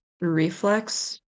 reflex